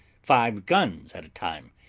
five guns at a time,